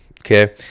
Okay